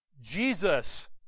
Jesus